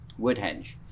Woodhenge